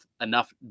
enough